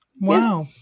Wow